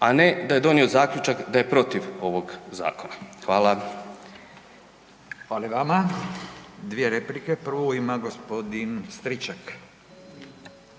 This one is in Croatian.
a ne da je donio zaključak da je protiv ovog zakona. Hvala. **Radin, Furio (Nezavisni)** Hvala i vama. Dvije replike, prvu ima g. Stričak.